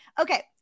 Okay